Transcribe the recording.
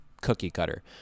cookie-cutter